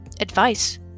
advice